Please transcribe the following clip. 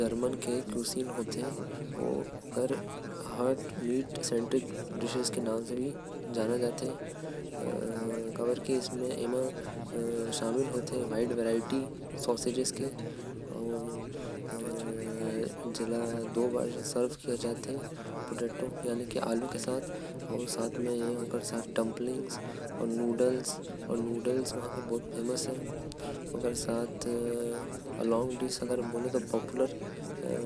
जर्मन के पाक शैली में आएल। करीवर्स्ट सौसजस प्रेटजेल्स इत्यादि। एमन के सौसजेस के प्रकार ज्यादा होथे। एहि सब वहा के